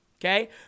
okay